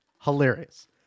hilarious